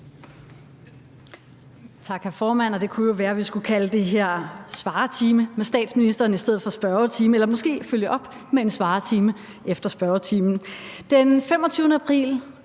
Den 25. april